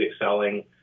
excelling